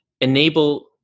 enable